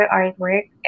artwork